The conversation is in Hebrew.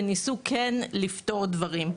וניסו כן לפתור דברים.